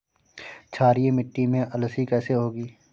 क्षारीय मिट्टी में अलसी कैसे होगी?